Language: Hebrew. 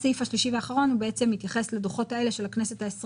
הסעיף השלישי והאחרון מתייחס לדוחות האלה של הכנסת ה-24